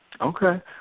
Okay